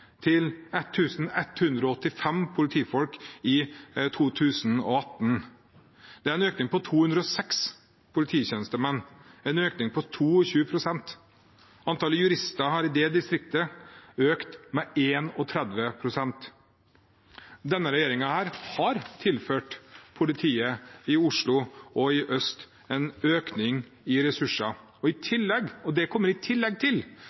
til 1 185 politifolk i 2018. Det er en økning på 206 polititjenestemenn, en økning på 22 pst. Antallet jurister har i det distriktet økt med 31 pst. Denne regjeringen har tilført politiet i Oslo og i Øst politidistrikt en økning i ressurser, og i tillegg kommer